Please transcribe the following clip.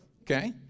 Okay